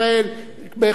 בכל הדתות,